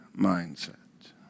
mindset